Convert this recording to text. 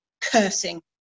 cursing